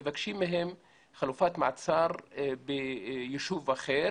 מבקשים מהם חלופת מעצר ביישוב אחר,